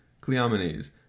Cleomenes